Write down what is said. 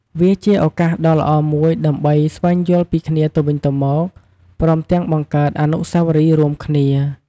វាជាឱកាសដ៏ល្អមួយដើម្បីស្វែងយល់ពីគ្នាទៅវិញទៅមក ព្រមទាំងបង្កើតអនុស្សាវរីយ៍រួមគ្នា។